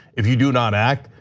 if you do not act,